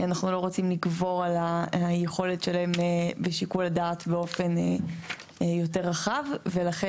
אנחנו לא רוצים לגבור על היכולת שלהם בשיקול הדעת באופן יותר רחב ולכן